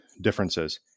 differences